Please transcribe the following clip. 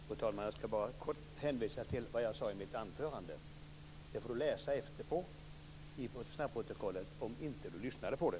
Fru talman! Jag skall bara kort hänvisa till det jag sade i mitt anförande. Det får du läsa i snabbprotokollet om du inte lyssnade på det.